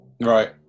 Right